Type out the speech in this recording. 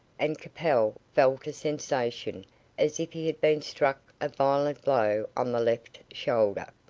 and capel felt a sensation as if he had been struck a violent blow on the left shoulder,